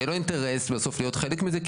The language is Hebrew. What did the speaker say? יהיה לו אינטרס בסוף להיות חלק מזה,